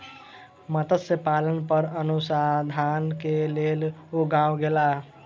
मत्स्य पालन पर अनुसंधान के लेल ओ गाम गेला